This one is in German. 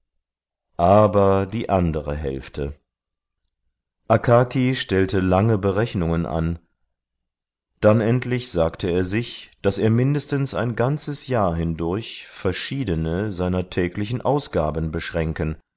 aber die andere hälfte akaki stellte lange berechnungen an dann endlich sagte er sich daß er mindestens ein ganzes jahr hindurch verschiedene seiner täglichen ausgaben beschränken